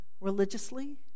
Religiously